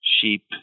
sheep